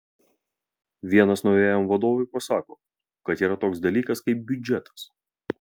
vienas naujajam vadovui pasako kad yra toks dalykas kaip biudžetas